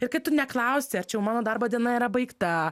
ir kai tu neklausi ar čia jau mano darbo diena yra baigta